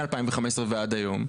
מ- 2015 ועד היום,